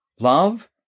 Love